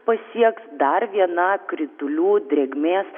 pasieks dar viena kritulių drėgmės